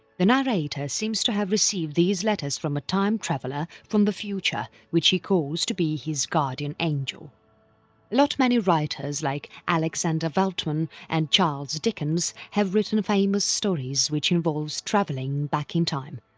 the narrator seems to have received these letters from a time traveller from the future which he calls to be his guardian angel. a lot many writers like alexander veltman and charles dickens have written famous stories which involves travelling back in time.